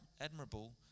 admirable